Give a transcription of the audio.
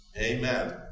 Amen